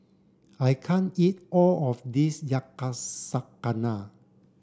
I can't eat all of this Yakizakana